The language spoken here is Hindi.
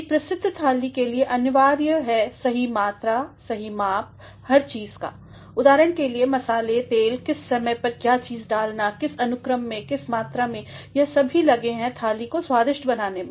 एक प्रसिद्ध थाली के लिए अनिवार्य है सही मात्रा सही माप हर चीज़ का उदाहरण के लिए मसाले तेल किस समय पर क्या चीज़ डालना किस अनुक्रममें किस मात्रा में यह सभी लगे हैं थालीको स्वादिष्ट बनाने में